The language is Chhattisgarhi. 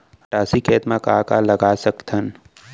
मटासी खेत म का का लगा सकथन?